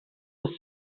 the